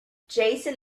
jason